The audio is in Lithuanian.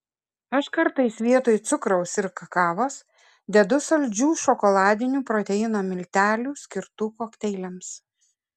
aš kartais vietoj cukraus ir kakavos dedu saldžių šokoladinių proteino miltelių skirtų kokteiliams